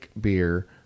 beer